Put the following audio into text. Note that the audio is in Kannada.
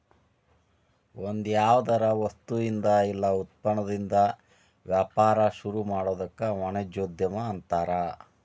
ಒಂದ್ಯಾವ್ದರ ವಸ್ತುಇಂದಾ ಇಲ್ಲಾ ಉತ್ಪನ್ನದಿಂದಾ ವ್ಯಾಪಾರ ಶುರುಮಾಡೊದಕ್ಕ ವಾಣಿಜ್ಯೊದ್ಯಮ ಅನ್ತಾರ